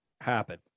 happen